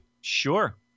Sure